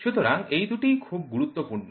সুতরাং এই দুটিই খুব গুরুত্বপূর্ণ